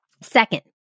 second